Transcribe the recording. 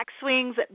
Swings